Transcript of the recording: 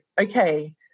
okay